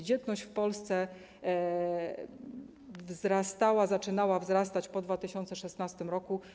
Dzietność w Polsce wzrastała, zaczynała wzrastać po 2016 r.